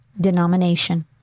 denomination